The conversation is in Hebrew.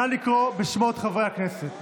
נא לקרוא בשמות חברי הכנסת,